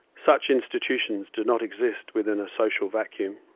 such institutions do not exist within a social vacuum.